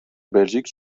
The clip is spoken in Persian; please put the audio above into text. بلژیک